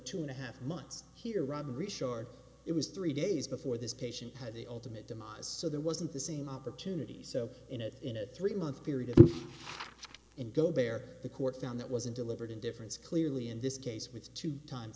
two and a half months here run resort it was three days before this patient had the ultimate demise so there wasn't the same opportunities so in a in a three month period and go bare the court down that wasn't deliberate indifference clearly in this case with two times